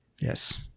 Yes